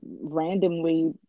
randomly